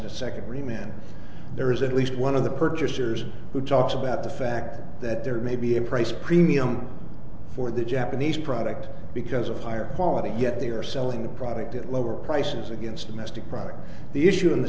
to secretary man there is at least one of the purchasers who talks about the fact that there may be a price premium for the japanese product because of higher quality yet they are selling the product at lower prices against domestic product the issue in the